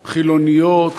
חילוניות,